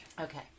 Okay